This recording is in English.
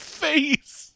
face